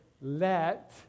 let